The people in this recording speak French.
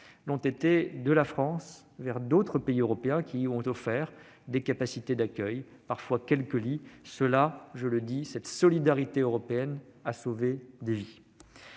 oeuvre depuis la France vers d'autres pays européens, qui ont offert des capacités d'accueil et, parfois, quelques lits. Je le dis, cette solidarité européenne a sauvé des vies.